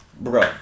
Bro